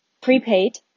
prepaid